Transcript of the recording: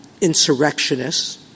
insurrectionists